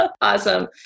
Awesome